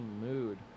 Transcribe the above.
mood